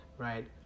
Right